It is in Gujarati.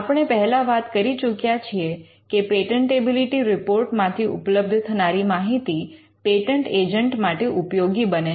આપણે પહેલા વાત કરી ચૂક્યા છીએ કે પેટન્ટેબિલિટી રિપોર્ટ માંથી ઉપલબ્ધ થનારી માહિતી પેટન્ટ એજન્ટ માટે ઉપયોગી બને છે